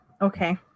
Okay